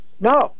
No